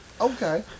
Okay